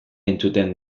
entzuten